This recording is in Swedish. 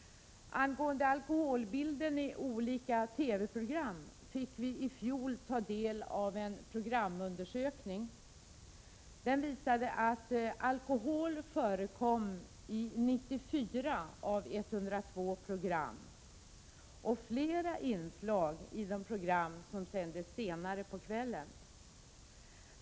Angående alkoholbilden i olika TV-program fick vi i fjol ta del av en programundersökning. Den visade att alkohol förekom i 94 av 102 program. Inslagen var fler i de program som sändes senare på kvällen.